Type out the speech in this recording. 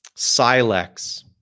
Silex